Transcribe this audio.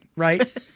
Right